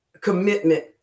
commitment